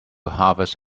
harvest